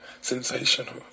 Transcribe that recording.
Sensational